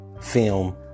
film